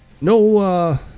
no